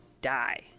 die